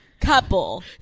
Couple